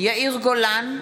יאיר גולן,